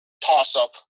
toss-up